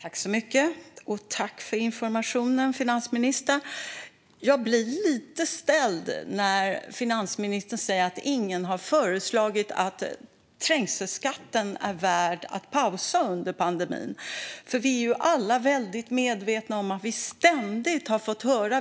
Fru talman! Tack för informationen, finansministern! Jag blir lite ställd när finansministern säger att ingen har föreslagit att det är värt att pausa trängselskatten under pandemin.